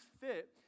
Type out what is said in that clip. fit